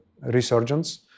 resurgence